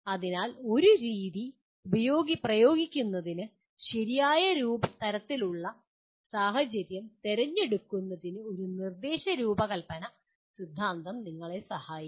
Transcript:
അതിനാൽ ഒരു രീതി പ്രയോഗിക്കുന്നതിന് ശരിയായ തരത്തിലുള്ള സാഹചര്യം തിരഞ്ഞെടുക്കുന്നതിന് ഒരു നിർദ്ദേശ രൂപകൽപ്പന സിദ്ധാന്തം നിങ്ങളെ സഹായിക്കും